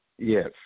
Yes